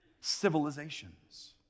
civilizations